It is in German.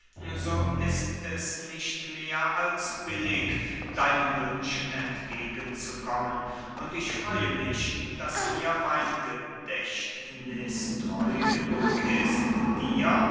so ist es nicht mehr als billig deinen wünschen entgegen zu kommen und ich freue mich daß mir mein gedächtniß treu genug ist dir